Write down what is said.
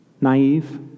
naive